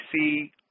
see